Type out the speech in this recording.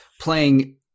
playing